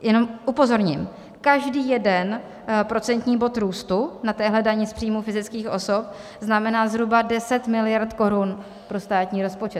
Jenom upozorním: každý jeden procentní bod růstu na dani z příjmů fyzických osob znamená zhruba 10 miliard korun pro státní rozpočet.